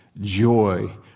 joy